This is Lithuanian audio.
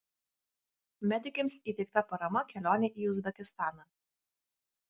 medikėms įteikta parama kelionei į uzbekistaną